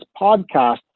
podcast